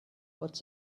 what